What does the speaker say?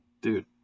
dude